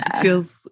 feels